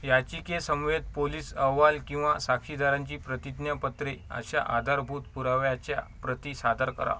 याचिकेसमवेत police अहवाल किंवा साक्षीदारांची प्रतिज्ञापत्रे अशा आधारभूत पुराव्याच्या प्रती सादर करा